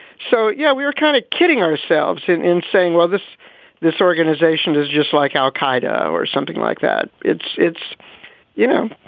yeah we were kind of kidding ourselves in in saying, well, this this organization is just like al-qaeda or something like that. it's it's you know,